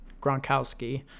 Gronkowski